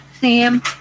Sam